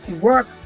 work